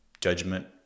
Judgment